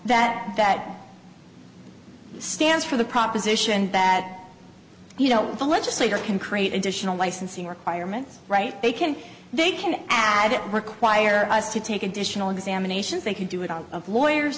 that that stands for the proposition that you know if a legislator can create additional licensing requirements right they can they can add it require us to take additional examinations they could do it out of lawyers